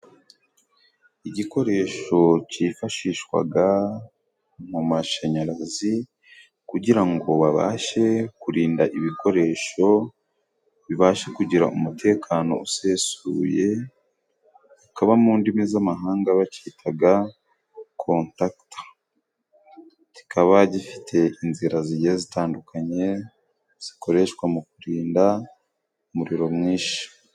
Igikoresho cyifashishwaga mu mashanyarazi, kugira ngo babashe kurinda ibikoresho bibashe kugira umutekano usesuye, ukaba mu ndimi z'amahanga bakitaga Contacta, kikaba gifite inzira zigiye zitandukanye zikoreshwa mu kurinda umuriro mwinshi.